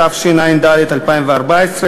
התשע"ד 2014,